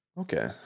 Okay